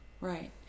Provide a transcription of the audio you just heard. right